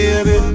Baby